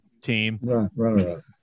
team